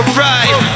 right